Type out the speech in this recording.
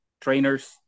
trainers